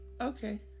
Okay